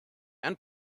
and